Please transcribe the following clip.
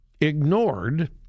ignored